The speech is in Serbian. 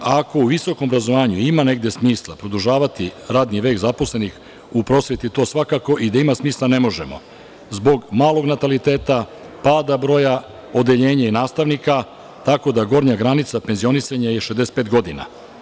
Ako u visokom obrazovanju ima negde smisla produžavati radni vek zaposlenih, u prosveti to svakako i da ima smisla ne možemo zbog malog nataliteta, pada broja odeljenja nastavnika, tako da gornja granica penzionisanja je 65 godina.